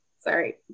Sorry